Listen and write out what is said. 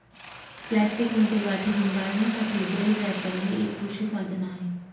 प्लास्टिकमध्ये गाठी गुंडाळण्यासाठी बेल रॅपर हे एक कृषी साधन आहे